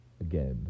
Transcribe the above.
Again